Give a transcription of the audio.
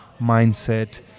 mindset